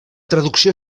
traducció